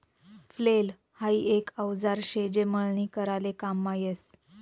flail हाई एक औजार शे जे मळणी कराले काममा यस